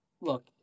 Look